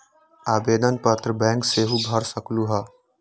आवेदन पत्र बैंक सेहु भर सकलु ह?